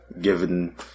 given